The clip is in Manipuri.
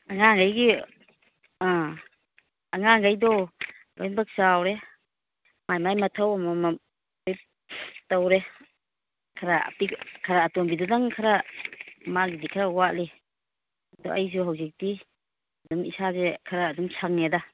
ꯑꯉꯥꯡꯒꯩꯒꯤ ꯑꯥ ꯑꯉꯥꯡꯒꯩꯗꯣ ꯂꯣꯏꯅꯃꯛ ꯆꯥꯎꯔꯦ ꯃꯥꯏ ꯃꯥꯏ ꯃꯊꯧ ꯑꯃꯃꯝꯗꯤ ꯇꯧꯔꯦ ꯈꯔ ꯑꯇꯣꯝꯕꯤꯗꯨꯗꯪ ꯈꯔ ꯃꯥꯒꯤꯗꯤ ꯈꯔ ꯋꯥꯠꯂꯤ ꯑꯗꯣ ꯑꯩꯁꯨ ꯍꯧꯖꯤꯛꯇꯤ ꯑꯗꯨꯝ ꯏꯁꯥꯁꯦ ꯈꯔ ꯑꯗꯨꯝ ꯁꯪꯉꯦꯗ